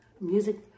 Music